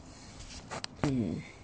mm